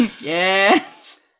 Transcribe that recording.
Yes